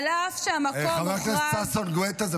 אף שהמקום הוכרז